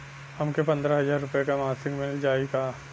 हमके पन्द्रह हजार रूपया क मासिक मिल जाई का?